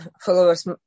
followers